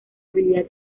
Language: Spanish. habilidad